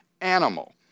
animal